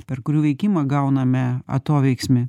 per kurių veikimą gauname atoveiksmį